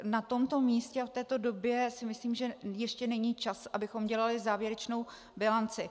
Na tomto místě a v této době si myslím, že ještě není čas, abychom dělali závěrečnou bilanci.